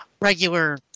regular